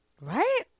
right